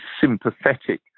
sympathetic